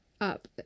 up